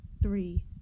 Three